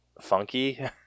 funky